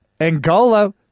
Angola